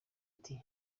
iti